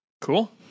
cool